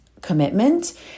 commitment